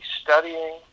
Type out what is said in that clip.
studying